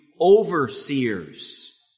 overseers